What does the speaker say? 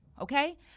okay